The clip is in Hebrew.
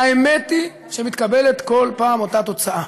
והאמת היא שמתקבלת כל פעם אותה תוצאה.